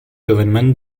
government